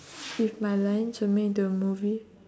if my lunch were made into a movie